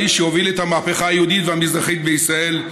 האיש שהוביל את המהפכה היהודית והמזרחית בישראל,